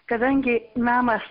kadangi namas